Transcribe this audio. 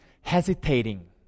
hesitating